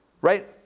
Right